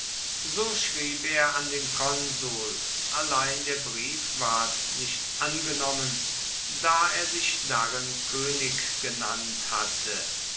so schrieb er an den konsul allein der brief ward nicht angenommen da er sich darin koenig genannt hatte